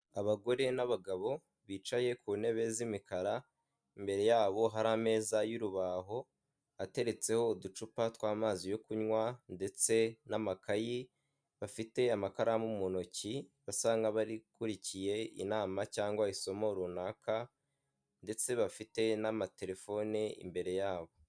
Abagore n'abagabo bicaye ku ntebe z'imikara, imbere yabo hari ameza y'urubaho ateretseho uducupa tw'amazi yo kunywa ndetse n'amakayi, bafite amakaramu mu ntoki basa nkabakurikiye inama cyangwa isomo runaka ndetse bafite n'amatelefone imbere yabo.